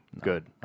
Good